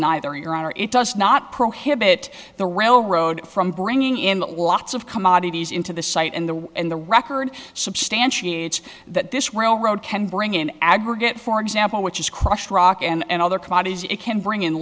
neither your honor it does not prohibit the railroad from bringing in lots of commodities into the site and the and the record substantiates that this railroad can bring in aggregate for example which is crushed rock and other commodities it can bring in